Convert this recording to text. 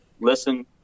listen